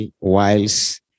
whilst